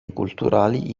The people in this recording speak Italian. culturali